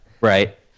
right